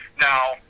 Now